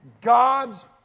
God's